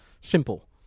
simple